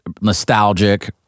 nostalgic